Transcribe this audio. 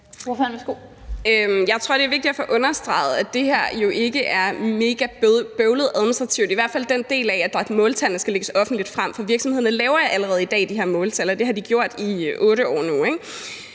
Jeg tror, det er vigtigt at få understreget, at det her jo ikke er megabøvlet rent administrativt, i hvert fald ikke den del, der handler om, at måltallene skal lægges offentligt frem, for virksomhederne laver allerede i dag de her måltal, og det har de gjort i 8 år nu.